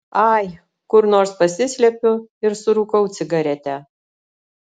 ai kur nors pasislepiu ir surūkau cigaretę